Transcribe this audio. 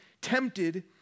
tempted